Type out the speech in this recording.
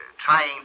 Trying